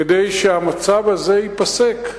כדי שהמצב הזה ייפסק.